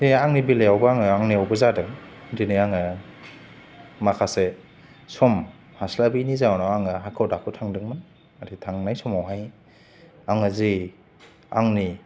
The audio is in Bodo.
बे आंनि बेलायावबो आङो आंनियावबो जादों दिनै आङो माखासे सम हास्लाबैनि जाउनाव आङो हाखु दाखु थांदोंमोन आरो थांनाय समाव हाय आङो जि आंनि